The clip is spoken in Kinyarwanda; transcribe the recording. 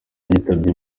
yitabye